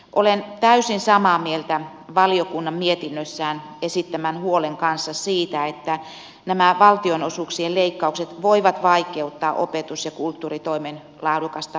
olen täysin samaa mieltä valiokunnan mietinnössään esittämän huolen kanssa siitä että nämä valtionosuuksien leikkaukset voivat vaikeuttaa opetus ja kulttuuritoimen laadukasta toteutusta